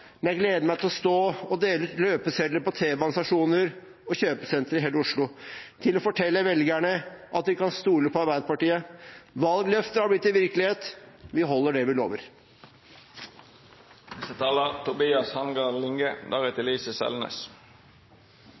det blir min 20. valgkamp, men jeg gleder meg til å stå og dele ut løpesedler på T-banestasjoner og kjøpesentre i hele Oslo, til å fortelle velgerne at de kan stole på Arbeiderpartiet. Valgløfter har blitt til virkelighet. Vi holder det vi lover.